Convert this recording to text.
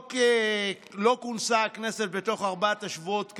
לא כונסה הכנסת בתוך ארבעת השבועות כאמור,